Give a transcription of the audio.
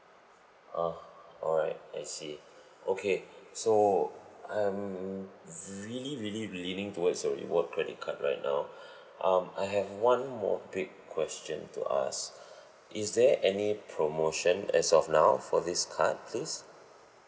ah alright I see okay so I'm really really leaning towards your rewards credit card right now um I have one more big question to ask is there any promotion as of now for this card please